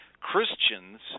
Christians